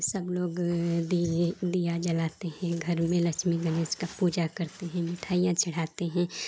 सब लोग दीये दीया जलाते हैं घर में लक्ष्मी गणेश की पूजा करते हैं मिठाइयाँ चढ़ाते हैं